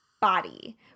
body